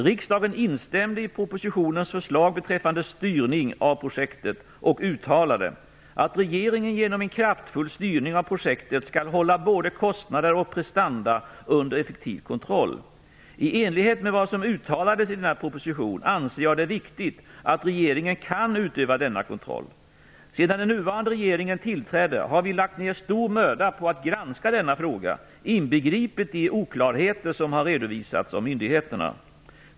Riksdagen instämde i propositionens förslag beträffande styrning av projektet och uttalade att regeringen genom en kraftfull styrning av projektet skall hålla både kostnader och prestanda under effektiv kontroll. I enlighet med vad som uttalades i denna proposition anser jag det viktigt att regeringen kan utöva denna kontroll. Sedan den nuvarande regeringen tillträdde har vi lagt ner stor möda på att granska denna fråga, inbegripet de oklarheter som har redovisats av myndigheterna.